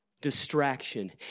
distraction